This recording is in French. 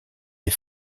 les